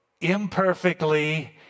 imperfectly